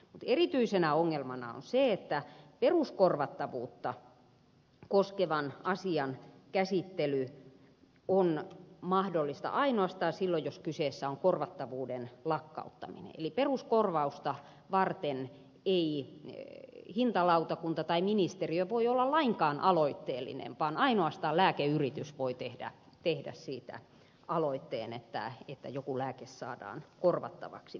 erityisenä ongelmana on se että peruskorvattavuutta koskevan asian käsittely on mahdollista ainoastaan silloin jos kyseessä on korvattavuuden lakkauttaminen eli peruskorvausta varten ei hintalautakunta tai ministeriö voi olla lainkaan aloitteellinen vaan ainoastaan lääkeyritys voi tehdä siitä aloitteen että joku lääke saadaan peruskorvattavaksi